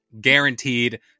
guaranteed